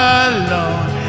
alone